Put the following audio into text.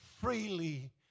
freely